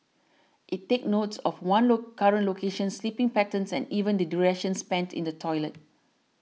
it takes note of one's low current location sleeping patterns and even the duration spent in the toilet